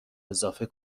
اضافه